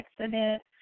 accident